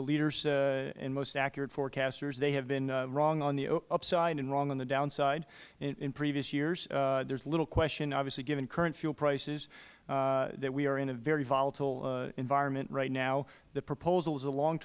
leaders and most accurate forecasters they have been wrong on the upside and wrong on the downside in previous years there is little question obviously given current fuel prices that we are in a very volatile environment right now the proposal is a long